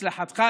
הצלחתך,